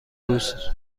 روز